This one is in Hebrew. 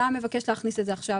אתה מבקש להכניס את זה עכשיו